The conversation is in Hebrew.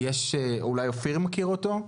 אולי אופיר מכיר אותו?